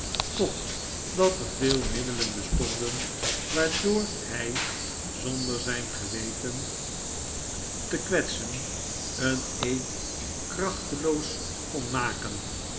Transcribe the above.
toch dat er veel middelen bestonden waardoor hij zonder zijn geweten te kwetsen zijn eed krachteloos kon maken